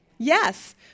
Yes